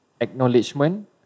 acknowledgement